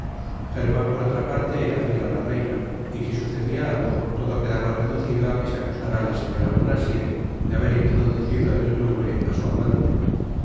german por otra parte era fiel á la reina y si sucedia algo todo quedaba reducido á que se acusára á la señora bonacieux de haber introducido en el louvre á su amante